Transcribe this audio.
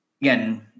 again